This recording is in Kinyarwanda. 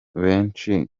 benshi